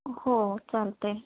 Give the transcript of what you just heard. हो चालतं आहे